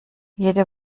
jede